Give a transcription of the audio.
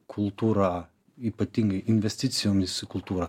kultūra ypatingai investicijomis į kultūrą